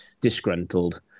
disgruntled